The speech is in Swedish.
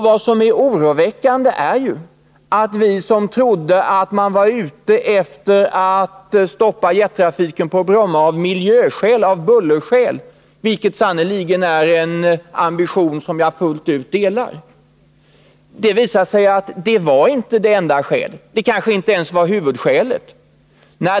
: Vad som är oroväckande är att vi som trodde att man var ute efter att stoppa jettrafiken på Bromma av miljöskäl, av bullerskäl — vilket sannerligen är en ambition som jag fullt ut delar — har fått erfara att det inte var det enda skälet. Det var kanske inte ens huvudskälet.